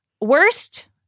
Worst